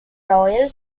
royal